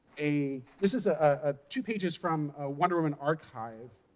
a this is ah ah two pages from a wonder woman archive